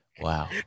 Wow